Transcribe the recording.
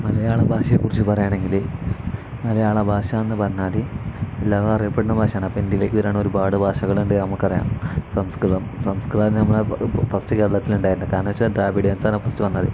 മലയാള ഭാഷയെക്കുറിച്ചു പറയുകയാണെങ്കിൽ മലയാള ഭാഷ എന്നു പറഞ്ഞാൽ എല്ലാരും അറിയപ്പെടുന്ന ഭാഷയാണ് അപ്പം ഇന്ത്യയിലേക്ക് വരികയാണ് ഒരുപാട് ഭാഷകളുണ്ട് നമുക്ക് അറിയാം സംസ്കൃതം സംസ്കൃതം നമ്മൾ ഫസ്റ്റ് കേരളത്തിലണ്ടായിരുന്നു കാരണം എന്നു വച്ചാൽ ദ്രാവിഡിയൻസാണ് ഫസ്റ്റ് വന്നത്